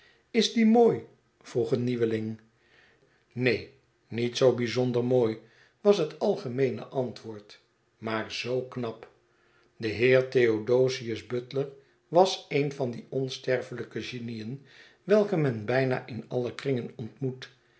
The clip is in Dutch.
is die mooi vroeg een nieuweling neen niet zoo bijzonder mooi was het algemeene antwoord maar zoo knap de heer theodosius butler was een van die onsterfelijke genien welke men bijna in alle kringen ontmoet